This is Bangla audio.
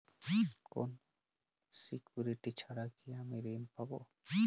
কোনো সিকুরিটি ছাড়া কি আমি ঋণ পাবো?